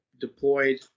deployed